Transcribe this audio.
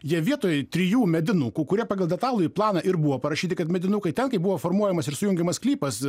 jie vietoj trijų medinukų kurie pagal detalųjį planą ir buvo parašyti kad medinukai ten kai buvo formuojamas ir sujungiamas sklypas